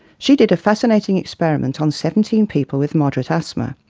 she did a fascinating experiment on seventeen people with moderate asthma.